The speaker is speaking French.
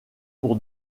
pour